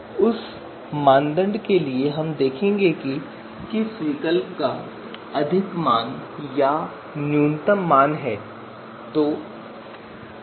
तो उस मानदंड के लिए हम देखेंगे कि किस विकल्प का अधिकतम मान या न्यूनतम मान है